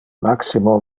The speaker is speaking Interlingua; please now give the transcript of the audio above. maximo